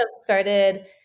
started